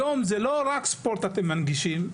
היום לא רק ספורט אתם מנגישים,